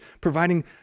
providing